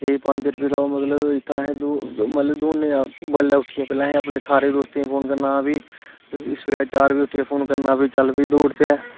पंज रपये दा मतलब इत्थे आसें मतलब दौड़ने दा बडले उट्ठियै पैहलें अपने सारे दोस्तें गी फोन करना हां भाई सवेरे चार बजे उट्ठियै फोन करना कि चल भाई दौड़न चलचै